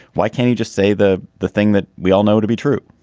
why can't you just say the the thing that we all know to be true?